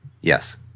Yes